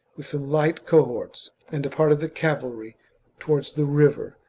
with some light cohorts and a part of the cavalry towards the river,